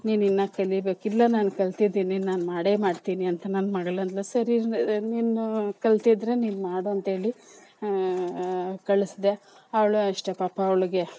ನೀನಿನ್ನು ಕಲಿಬೇಕು ಇಲ್ಲ ನಾನು ಕಲ್ತಿದ್ದೀನಿ ನಾನು ಮಾಡೇ ಮಾಡ್ತೀನಿ ಅಂತ ನನ್ನ ಮಗಳಂದಳು ಸರಿ ನೀನು ಕಲ್ತಿದ್ದರೆ ನೀನು ಮಾಡು ಅಂಥೇಳಿ ಕಳಿಸ್ದೆ ಅವಳು ಅಷ್ಟೇ ಪಾಪ ಅವ್ಳಿಗೆ